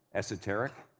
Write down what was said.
esoteric.